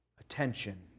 attention